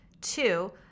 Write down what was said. two